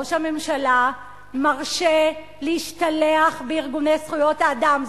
ראש הממשלה מרשה להשתלח בארגוני זכויות האדם.